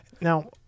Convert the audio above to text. Now